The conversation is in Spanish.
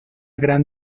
gran